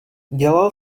dělal